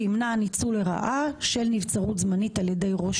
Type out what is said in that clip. שימנע ניצול לרעה של נבצרות זמנית על ידי ראש